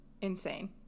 insane